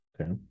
Okay